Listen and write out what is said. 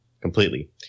completely